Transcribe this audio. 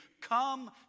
come